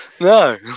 no